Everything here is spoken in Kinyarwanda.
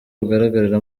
bugaragarira